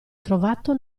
trovato